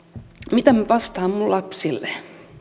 mitä minä vastaan minun lapsilleni